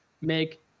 make